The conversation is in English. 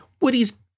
Woody's